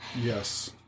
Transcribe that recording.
Yes